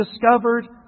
discovered